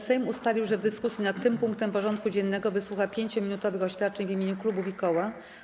Sejm ustalił, że w dyskusji nad tym punktem porządku dziennego wysłucha 5-minutowych oświadczeń w imieniu klubów i koła.